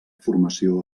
formació